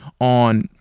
on